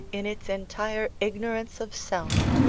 in its entire ignorance of self,